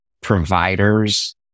providers